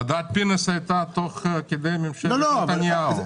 ועדת פינס תוך כדי ממשלת נתניהו.